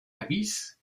erwies